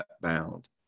bound